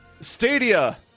stadia